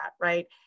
right